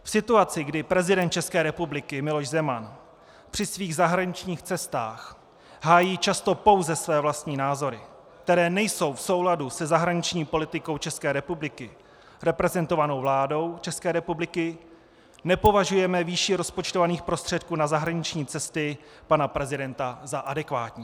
V situaci, kdy prezident České republiky Miloš Zeman při svých zahraničních cestách hájí často pouze své vlastní názory, které nejsou v souladu se zahraniční politikou České republiky reprezentovanou vládou České republiky, nepovažujeme výši rozpočtovaných prostředků na zahraniční cesty pana prezidenta za adekvátní.